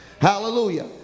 Hallelujah